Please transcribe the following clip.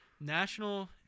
National